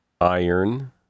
iron